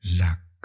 luck